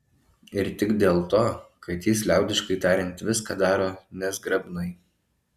ir tik dėl to kad jis liaudiškai tariant viską daro nezgrabnai